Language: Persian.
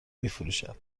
میفروشد